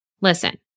Listen